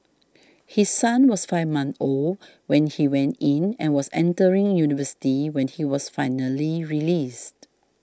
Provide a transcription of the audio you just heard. his son was five months old when he went in and was entering university when he was finally released